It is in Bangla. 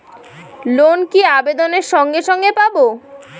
লোন কি আবেদনের সঙ্গে সঙ্গে পাব?